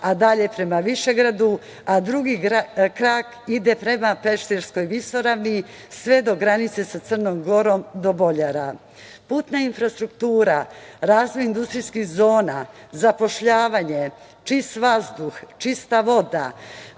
a dalje prema Višegradu, a drugi krak ide prema Pešterskoj visoravni, sve do granice sa Crnom Gorom do Boljara. Putna infrastruktura, razvoj industrijskih zona, zapošljavanje, čist vazduh, čista voda,